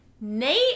Nate